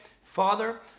Father